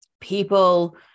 people